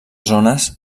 zones